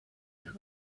bird